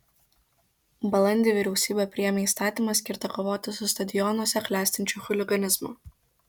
balandį vyriausybė priėmė įstatymą skirtą kovoti su stadionuose klestinčiu chuliganizmu